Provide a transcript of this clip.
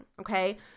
Okay